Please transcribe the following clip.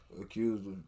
accused